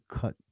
cut